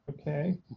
okay